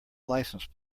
license